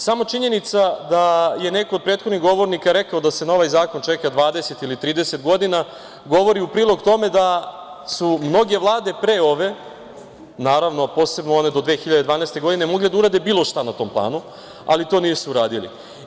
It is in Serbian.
Sama činjenica da je neko od prethodnih govornika rekao da se na ovaj zakon čeka 20 ili 30 godina govori u prilog tome da su mnoge vlade pre ove, naravno, a posebno one do 2012. godine, mogle da urade bilo šta na tom planu, ali to nisu uradile.